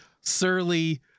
surly